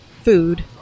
food